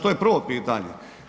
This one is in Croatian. To je prvo pitanje.